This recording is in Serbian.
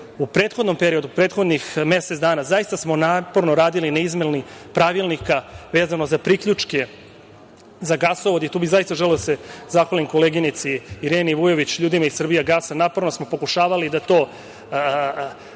U prethodnom periodu, prethodnih mesec dana zaista smo naporno radili na izmeni pravilnika vezano za priključke za gasovod i tu bih zaista želeo da se zahvalim koleginici Ireni Vujović, ljudima iz Srbijagasa. Naporno smo pokušavali da to